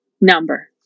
number